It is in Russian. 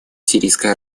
сирийской